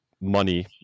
money